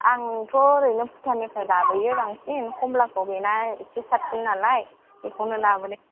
आंथ' ओरैनो भुटाननिफ्राय लाबोयो बांसिन कमलाखौ बेना एसे साबसिन नालाय बेनिखायनो लाबोयो